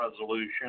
resolution